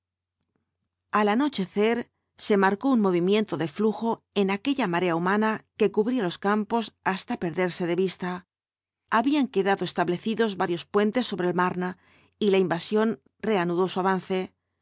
al anochecer se marcó un movimiento de flujo en aquella marea humana que cubría los campos hasta perderse de vista habían quedado establecidos varios puentes sobre el marne y la invasión reanudó su avance los